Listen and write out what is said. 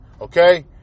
okay